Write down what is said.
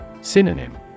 Synonym